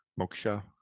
moksha